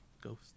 ghost